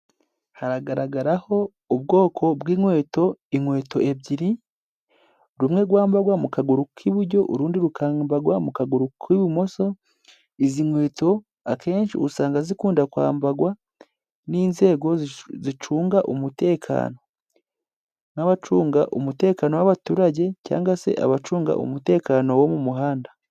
Haragaragaraho ubwoko bw'inkweto, inkweto ebyiri, rumwe rwambarwa mu kaguru k'iburyo, urundi rukambagwa mu kaguru k'ibumoso, izi nkweto akenshi usanga zikunda kwambagwa, n'inzego zicunga umutekano. N'abacunga umutekano w'abaturage cyangwa se abacunga umutekano wo mu muhanda.